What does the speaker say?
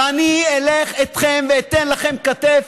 ואני אתן לכם כתף,